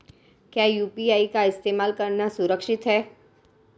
क्या यू.पी.आई का इस्तेमाल करना सुरक्षित है?